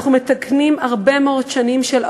אנחנו מתקנים עוולות